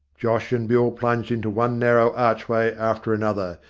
josh and bill plunged into one narrow archway after another,